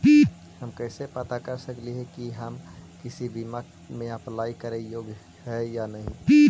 हम कैसे पता कर सकली हे की हम किसी बीमा में अप्लाई करे योग्य है या नही?